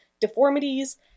deformities